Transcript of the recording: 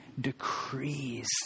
decrees